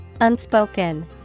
unspoken